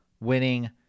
winning